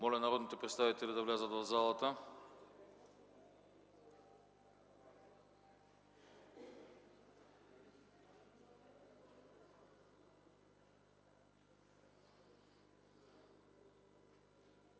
Моля народните представители да влязат в залата!